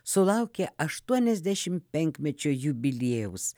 sulaukė aštuoniasdešimt penkmečio jubiliejaus